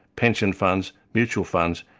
pension funds, mutual funds,